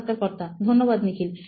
সাক্ষাৎকারকর্তা ধন্যবাদ নিখিল